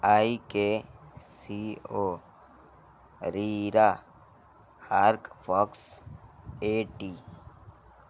آئی K C O ریرا ہارک فاکس ایٹی